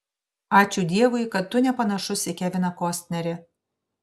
ačiū dievui kad tu nepanašus į keviną kostnerį